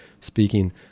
speaking